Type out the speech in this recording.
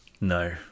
No